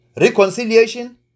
Reconciliation